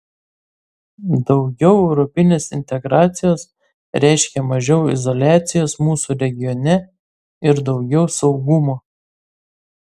daugiau europinės integracijos reiškia mažiau izoliacijos mūsų regione ir daugiau saugumo